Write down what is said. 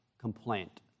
complaint